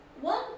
one